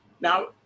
Now